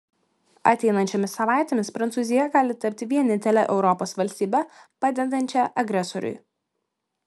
ateinančiomis savaitėmis prancūzija gali tapti vienintele europos valstybe padedančia agresoriui